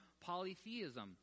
polytheism